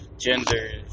genders